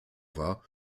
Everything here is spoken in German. war